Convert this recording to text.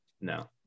No